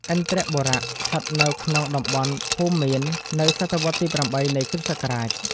ឥន្ទ្របុរៈ ស្ថិតនៅក្នុងតំបន់ ភូមិមៀន នៅសតវត្សរ៍ទី៨ នៃគ្រិស្តសករាជ។